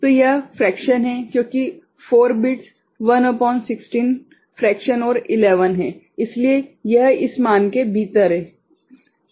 तो यह फ्रेक्शन है क्योंकि 4 बिट्स 1 अपऑन 16 फ्रेक्शन और 11 है इसलिए यह इस मान के भीतर है